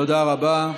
תודה רבה.